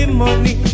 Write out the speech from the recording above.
money